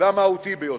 והמהותי ביותר,